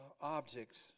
objects